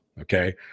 okay